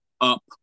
up